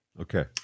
Okay